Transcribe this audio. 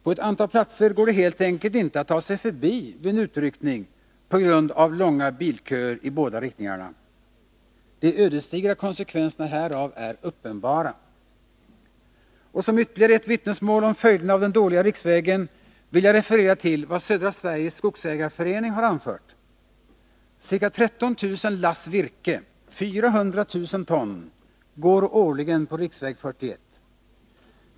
På ett antal platser går det helt enkelt inte att ta sig förbi vid en utryckning på grund av långa bilköer i båda riktningarna. De ödesdigra konsekvenserna härav är uppenbara. Som ytterligare ett vittnesmål om följderna av den dåliga riksvägen vill jag referera till vad Södra Skogsägarna har anfört. Ca 13 000 lass virke, 400 000 ton, går årligen på riksväg 41.